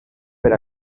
per